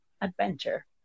adventure